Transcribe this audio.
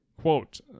quote